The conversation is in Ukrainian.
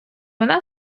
вона